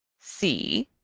see,